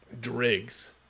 Driggs